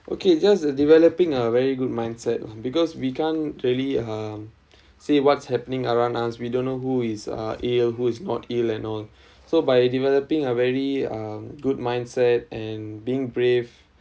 okay just a developing a very good mindset lah because we can't really um see what's happening around us we don't know who is uh ill who is not ill and all so by developing a very uh good mindset and being brave